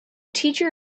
teacher